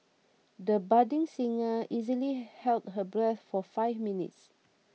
the budding singer easily held her breath for five minutes